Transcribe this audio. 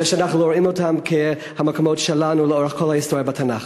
ושאנחנו לא רואים אותם כמקומות שלנו לאורך כל ההיסטוריה בתנ"ך.